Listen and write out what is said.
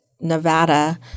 Nevada